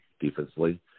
defensively